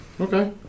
okay